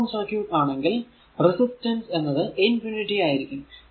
open circuit ആണെങ്കിൽ resistance എന്നത് infinity ആയിരിക്കും